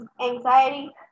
anxiety